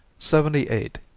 seventy eight.